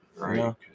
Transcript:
Right